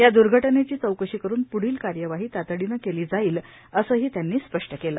या दर्घटनेची चौकशी करुन प्ढील कार्यवाही तातडीने केली जाईल असेही त्यांनी स्पष्ट केले